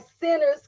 sinners